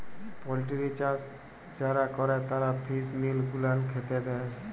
poultry চাষ যারা ক্যরে তারা ফিস মিল গুলান খ্যাতে দেই